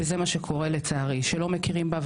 וזה מה שקורה לצערי, שלא מכירים בה.